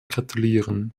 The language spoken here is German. gratulieren